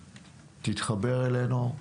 תתחבר אלינו גם,